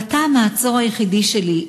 אבל אתה המעצור היחידי שלי,